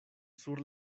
sur